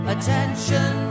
Attention